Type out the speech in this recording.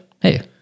Hey